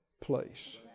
place